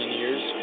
years